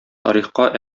тарихка